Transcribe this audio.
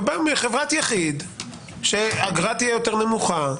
ובא עם חברת יחיד שהאגרה תהיה יותר נמוכה?